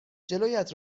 جلویت